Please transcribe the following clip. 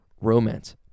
romance